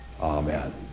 Amen